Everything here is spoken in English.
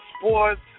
sports